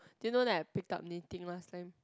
do you now that I pick up knitting last time